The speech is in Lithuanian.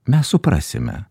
mes suprasime